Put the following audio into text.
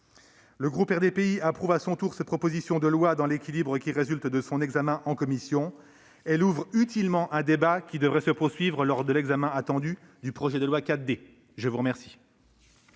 Le groupe RDPI approuve à son tour cette proposition de loi dans l'équilibre qui résulte de son examen en commission. Ce texte ouvre utilement un débat qui devrait se poursuivre lors de l'examen attendu du projet de loi 4D. La parole